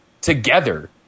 together